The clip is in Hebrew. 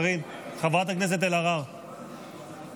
החמרת הענישה בעבירות של הסעה,